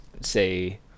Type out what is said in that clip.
say